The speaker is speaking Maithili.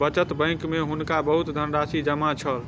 बचत बैंक में हुनका बहुत धनराशि जमा छल